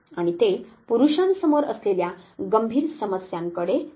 आणि ते पुरुषांसमोर असलेल्या गंभीर समस्यांकडे पाहतात